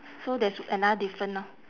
so there's another different lor